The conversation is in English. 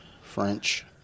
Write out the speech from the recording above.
French